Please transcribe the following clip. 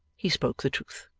he spoke the truth.